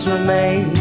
remain